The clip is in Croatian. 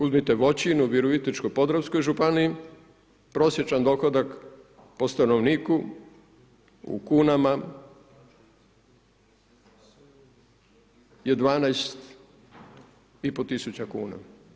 Uzmite Voćin u Virovitičko-podravskoj županiji prosječan dohodak po stanovniku u kunama je 12 i pol tisuća kuna.